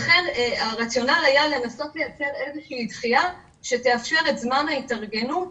לכן הרציונל היה לנסות לייצר איזושהי דחייה שתאפשר את זמן ההתארגנות